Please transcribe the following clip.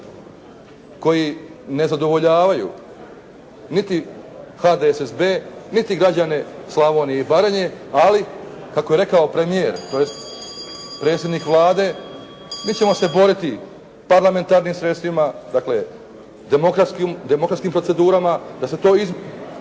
koji ne zadovoljavaju niti HDSSB niti građane Slavonije i Baranje ali kako je rekao premijer, tj. predsjednik Vlade mi ćemo se boriti parlamentarnim sredstvima, dakle demokratskim procedurama da se to …